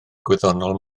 gwyddonol